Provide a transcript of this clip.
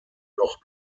noch